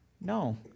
No